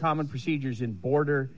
common procedures in border